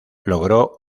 logró